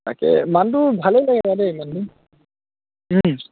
তাকে মানটো ভালেই লাগে বাৰু দেই মানুহজন